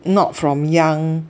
not from young